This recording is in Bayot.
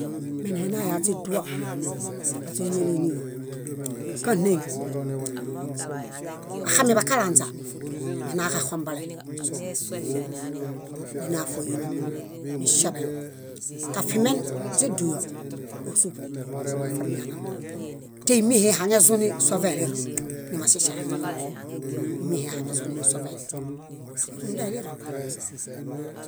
. Meneenaya źiduo, áźoniñaliniyo. Káɭeŋ, kaxamiḃakalanźa, ninaġaxombole níɭeniġo, nina fóinum niŝaḃen. Kaṗimen źiduyo, ózuḃo, afoniñana. Téimiehe ihaŋezuni sovelirõ, nimaŝiŝaen, ímiehe ihaŋezuni sovelirõ. Íirumunda eliromba.